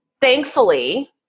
thankfully